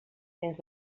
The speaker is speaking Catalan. dins